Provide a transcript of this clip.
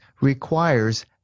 requires